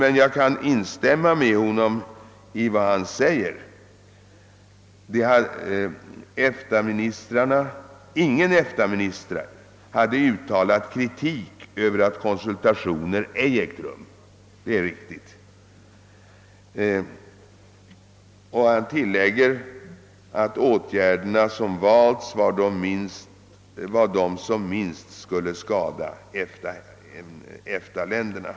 Inga EFTA-ministrar hade uttalat kritik mot att några konsultationer ej ägt rum, det är riktigt. Han tillägger, att de åtgärder som valts var de som minst skulle skada EFTA-länderna.